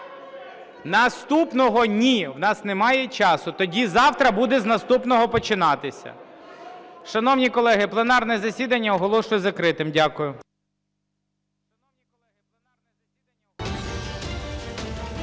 Наступного – ні, у нас немає часу. Тоді завтра буде з наступного починатися. Шановні колеги! Пленарне засідання оголошую закритим. Дякую.